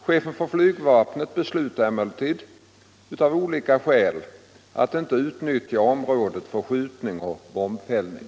Chefen för flygvapnet beslutade emellertid av olika skäl att inte utnyttja området för skjutning och bombfällning.